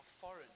foreign